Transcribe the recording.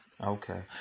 Okay